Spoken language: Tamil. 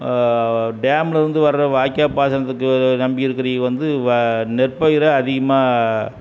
டேம்லருந்து வர்ற வாய்க்கால் பாசனத்துக்கு நம்பி இருக்கிறவிக வந்து வா நெற்பயிரை அதிகமாக